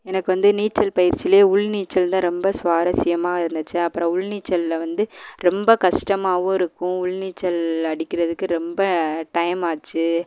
எனக்கு வந்து நீச்சல் பயிற்சிலேயே உள் நீச்சல் தான் ரொம்ப ஸ்வாரஸ்யமாக இருந்துச்சு அப்புறம் உள் நீச்சலில் வந்து ரொம்ப கஷ்டமாகவும் இருக்கும் உள் நீச்சல் அடிக்கிறதுக்கு ரொம்ப டைம் ஆச்சு